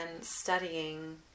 studying